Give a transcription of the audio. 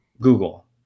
Google